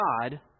God